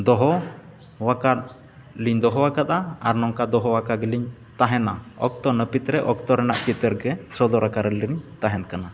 ᱫᱚᱦᱚ ᱟᱠᱟᱫ ᱞᱤᱧ ᱫᱚᱦᱚ ᱠᱟᱫᱟ ᱟᱨ ᱱᱚᱝᱠᱟ ᱫᱚᱦᱚᱣᱟᱠᱟ ᱜᱮᱞᱤᱧ ᱛᱟᱦᱮᱱᱟ ᱚᱠᱛᱚ ᱱᱟᱹᱯᱤᱛ ᱨᱮ ᱚᱠᱛᱚ ᱨᱮᱱᱟᱜ ᱪᱤᱛᱟᱹᱨ ᱜᱮ ᱥᱚᱫᱚᱨᱟᱠᱟᱜ ᱜᱮᱞᱤᱧ ᱛᱟᱦᱮᱱ ᱠᱟᱱᱟ